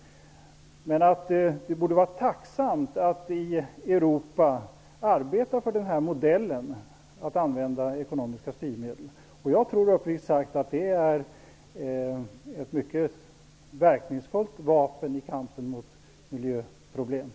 Det borde vara tacksamt att i Europa arbeta för modellen att använda ekonomiska styrmedel. Jag tror uppriktigt sagt att det är ett mycket verkningsfullt vapen i kampen mot miljöproblemen.